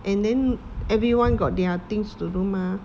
and then everyone got their things to do mah